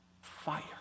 fire